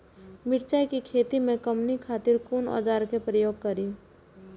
मिरचाई के खेती में कमनी खातिर कुन औजार के प्रयोग करी?